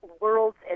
worlds